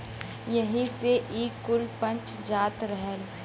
एही से ई कुल पच जात रहल